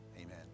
Amen